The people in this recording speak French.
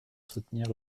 soutenir